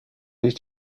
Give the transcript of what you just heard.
his